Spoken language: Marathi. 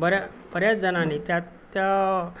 बऱ्या बऱ्याच जणांनी त्यातच